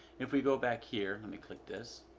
if we go back here, let me click this